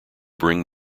bring